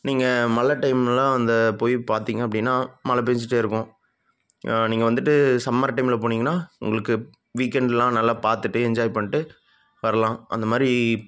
நீங்கள் மழை டைம்லெல்லாம் அந்த போய் பார்த்தீங்க அப்படின்னா மழை பெஞ்சிட்டே இருக்கும் நீங்கள் வந்துட்டு சம்மர் டைமில் போனீங்கன்னால் உங்களுக்கு வீக்கெண்ட்டெல்லாம் நல்லா பார்த்துட்டு என்ஜாய் பண்ணிட்டு வரலாம் அந்த மாதிரி